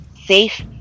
safe